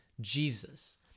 Jesus